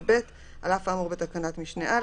(ב) על אף האמור בתקנת משנה (א),